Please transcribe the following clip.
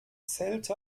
zelte